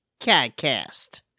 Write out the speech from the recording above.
CADCAST